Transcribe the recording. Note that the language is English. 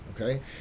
okay